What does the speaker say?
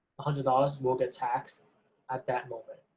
hundred dollars will get taxed at that moment.